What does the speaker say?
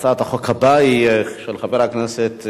הצעת החוק הבאה היא של חבר הכנסת,